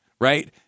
right